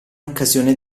occasione